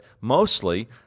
mostly